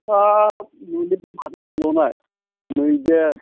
ओ नुनायाथ' माथो बुंबावनाय मैदेर